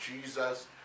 Jesus